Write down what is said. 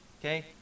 okay